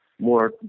More